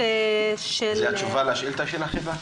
--- זאת התשובה לשאילתה שלך, היבה?